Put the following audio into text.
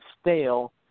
stale –